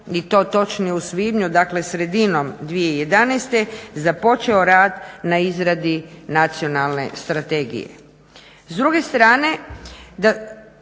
i to točnije u svibnju dakle sredinom 2011.započeo rad na izradi nacionalne strategije.